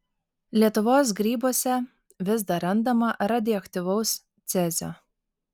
lietuvos grybuose vis dar randama radioaktyvaus cezio